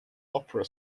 opera